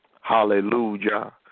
Hallelujah